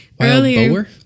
earlier